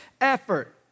effort